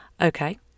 okay